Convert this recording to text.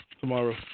Tomorrow